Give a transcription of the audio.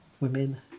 women